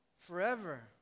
forever